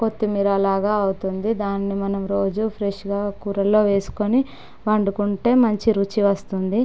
కొత్తిమీర అలాగ అవుతుంది దాన్ని మనం రోజు ఫ్రెష్గా కూరల్లో వేసుకుని వండుకుంటే మంచి రుచి వస్తుంది